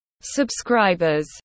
subscribers